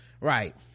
Right